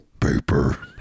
paper